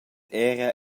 era